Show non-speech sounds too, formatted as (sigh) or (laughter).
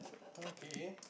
(noise) okay